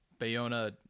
Bayona